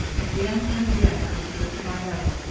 again and again i was put to my mettle,